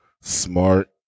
smart